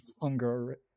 longer